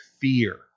fear